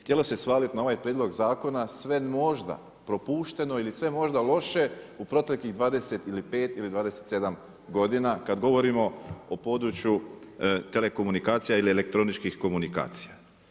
Htjelo se svaliti na ovaj prijedlog zakona, sve možda propušteno ili sve možda loše u proteklih 25 ili 27 godina kad govorimo o području telekomunikacija ili elektroničkih komunikacija.